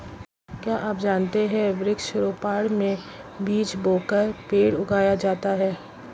क्या आप जानते है वृक्ष रोपड़ में बीज बोकर पेड़ उगाया जाता है